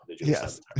yes